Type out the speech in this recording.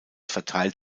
verteilt